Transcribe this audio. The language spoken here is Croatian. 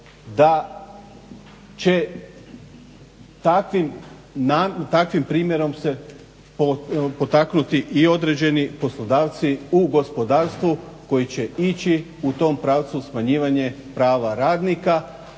da će takvim primjerom se potaknuti i određeni poslodavci u gospodarstvu koji će ići u tom pravcu smanjivanja prava radnika,